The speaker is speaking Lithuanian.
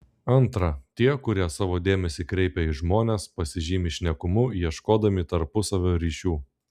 antra tie kurie savo dėmesį kreipia į žmones pasižymi šnekumu ieškodami tarpusavio ryšių